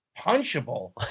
punchable?